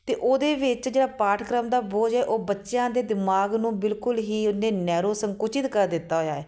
ਅਤੇ ਉਹਦੇ ਵਿੱਚ ਜਿਹੜਾ ਪਾਠਕ੍ਰਮ ਦਾ ਬੋਝ ਹੈ ਉਹ ਬੱਚਿਆਂ ਦੇ ਦਿਮਾਗ ਨੂੰ ਬਿਲਕੁਲ ਹੀ ਉਹਨੇ ਨੈਰੋ ਸੰਕੁਚਿਤ ਕਰ ਦਿੱਤਾ ਹੋਇਆ ਹੈ